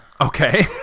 okay